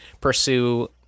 pursue